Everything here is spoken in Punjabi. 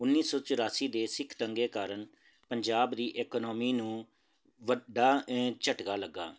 ਉੱਨੀ ਸੌ ਚੁਰਾਸੀ ਦੇ ਸਿੱਖ ਦੰਗੇ ਕਾਰਨ ਪੰਜਾਬ ਦੀ ਇਕਨੋਮੀ ਨੂੰ ਵੱਡਾ ਝਟਕਾ ਲੱਗਾ